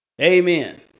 Amen